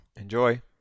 enjoy